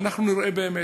ואנחנו נראה באמת,